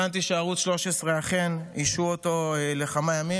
הבנתי שערוץ 13 אכן השעו אותו לכמה ימים,